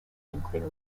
nuclear